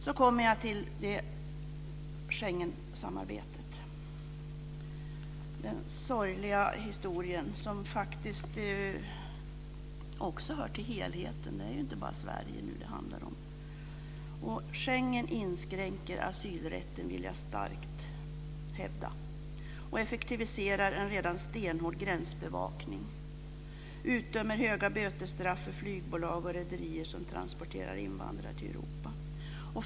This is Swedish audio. Så kommer jag till Schengensamarbetet, den sorgliga historia som faktiskt också hör till helheten. Det är ju inte bara Sverige som det nu handlar om. Jag vill starkt hävda att Schengen inskränker asylrätten och effektiviserar en redan stenhård gränsbevakning. Man utdömer höga bötesstraff för flygbolag och rederier som transporterar invandrare till Europa.